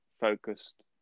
focused